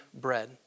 bread